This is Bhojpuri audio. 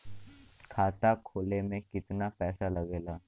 खाता खोले में कितना पैसा लगेला?